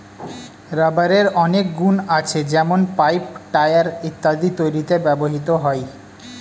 রাবারের অনেক গুন আছে যেমন পাইপ, টায়র ইত্যাদি তৈরিতে ব্যবহৃত হয়